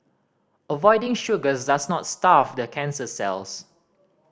avoiding sugars does not starve the cancer cells